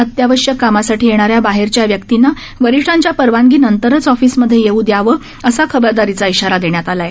अत्यावश्यक कामासाठी येणाऱ्या बाहेरच्या व्यक्तींना वरिष्ठांच्या परवानगी नंतरच ऑफिसमध्ये येऊ द्यावं असा खबरदारीचा इशारा देण्यात आला आहे